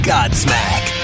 Godsmack